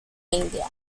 india